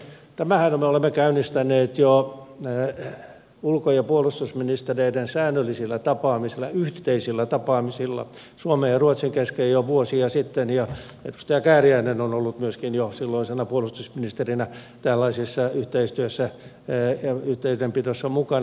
tämänhän me olemme käynnistäneet jo ulko ja puolustusministereiden säännöllisillä tapaamisilla yhteisillä tapaamisilla suomen ja ruotsin kesken jo vuosia sitten ja edustaja kääriäinen on ollut myöskin jo silloisena puolustusministerinä tällaisessa yhteistyössä ja yhteydenpidossa mukana